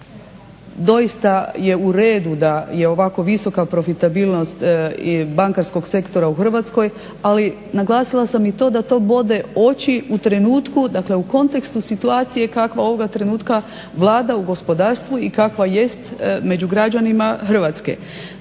doista je u redu da je ovako visoka profitabilnost i bankarskog sektora u Hrvatskoj, ali naglasila sam i to da to bode oči u trenutku, dakle u kontekstu situacije kakva ovoga trenutka vlada u gospodarstvu i kakva jest među građanima Hrvatske.